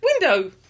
Window